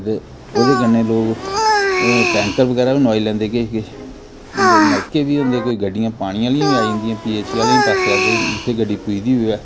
ते ओह्दे कन्नै लोक टैंकर बगैरा बी नुआई लैंदे किश किश ते नलके बी होंदे केईं गड्डियां पानी आह्लियां बी आई जंदियां पी ऐच्च ई पासेआ कोई जित्थै कोई गड्डी पुजदी होऐ